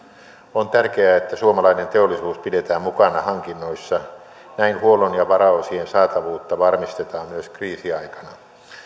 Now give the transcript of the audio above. on tärkeää että suomalainen teollisuus pidetään mukana hankinnoissa näin huollon ja varaosien saatavuutta varmistetaan myös kriisiaikana